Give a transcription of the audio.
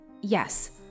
yes